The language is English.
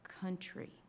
country